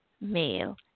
male